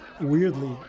weirdly